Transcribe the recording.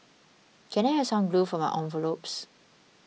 can I have some glue for my envelopes